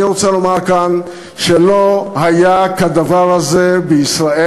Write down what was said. אני רוצה לומר כאן שלא היה כדבר הזה בישראל.